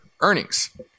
earnings